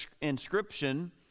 inscription